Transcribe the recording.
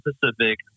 Pacific